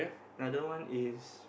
another one is